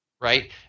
right